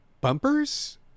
bumpers